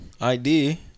ID